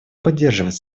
поддерживать